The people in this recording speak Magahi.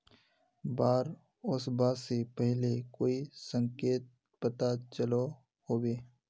बाढ़ ओसबा से पहले कोई संकेत पता चलो होबे?